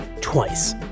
twice